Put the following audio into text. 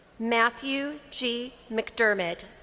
matthew g. mcdermott.